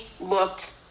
looked